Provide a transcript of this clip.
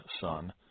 son